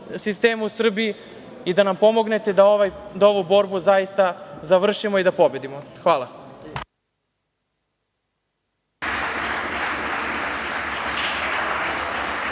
sistemu u Srbiji i da nam pomognete da ovu borbu završimo i da pobedimo. Hvala.